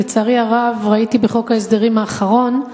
לצערי הרב ראיתי בחוק ההסדרים האחרון,